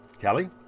Kelly